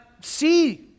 see